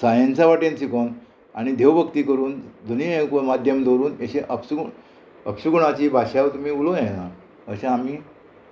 सायन्सा वाटेन शिकोवन आनी देव भक्ती करून दुनीय माध्यम दवरून अशी अपशगूण अपशुगणाची भाशा तुमी उलोवं येना अशें आमी